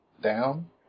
Down